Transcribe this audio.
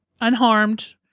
unharmed